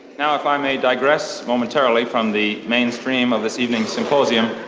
now, if i may digress momentarily from the mainstream of this evening's symposium,